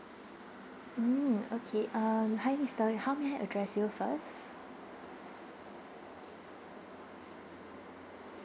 mm okay um hi mister how may I address you first